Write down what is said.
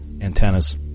antennas